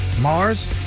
Mars